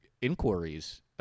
inquiries